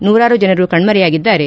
ನೂರಾರು ಜನರು ಕಣ್ಲರೆಯಾಗಿದ್ದಾರೆ